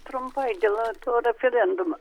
trumpai dėl to referendumo